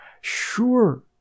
Sure